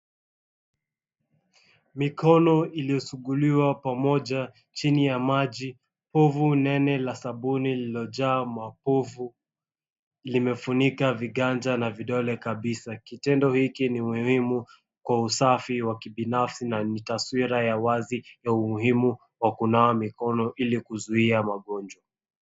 Mikono iliyosuguliwa pamoja chini ya maji. Povu nene la sabuni lililojaa mapovu limefunika viganja na vidole kabisa. Kitendo hiki ni muhimu kwa usafi wa kibinafsi na ni taswira ya wazi ya umuhimu wa kunawa mikono ili kuzuia magonjwa.